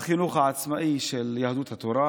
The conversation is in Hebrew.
החינוך העצמאי של יהדות התורה